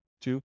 Two